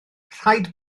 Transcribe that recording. rhaid